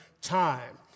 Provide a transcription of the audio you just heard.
time